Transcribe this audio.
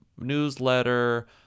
newsletter